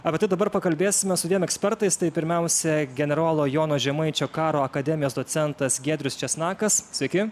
apie tai dabar pakalbėsime su dviem ekspertais tai pirmiausia generolo jono žemaičio karo akademijos docentas giedrius česnakas sveiki